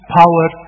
power